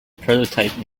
prototype